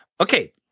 Okay